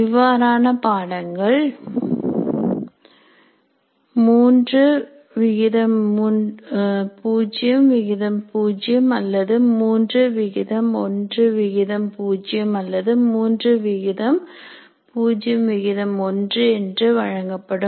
இவ்வாறான பாடங்கள் 300 அல்லது 310 அல்லது 301 என்று வழங்கப்படும்